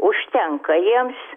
užtenka jiems